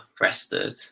rested